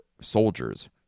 soldiers